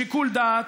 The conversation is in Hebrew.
בשיקול דעת,